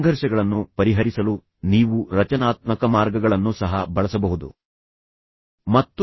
ಸಂಘರ್ಷಗಳನ್ನು ಪರಿಹರಿಸಲು ನೀವು ರಚನಾತ್ಮಕ ಮಾರ್ಗಗಳನ್ನು ಸಹ ಬಳಸಬಹುದು ಆದರೆ ನೀವು ಏನು ಹೇಳುತ್ತೀರಿ ಎಂಬುದರ ಮೇಲೆ ಹೆಚ್ಚು ಅವಲಂಬಿತವಾಗಿರುತ್ತದೆ